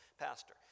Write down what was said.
pastor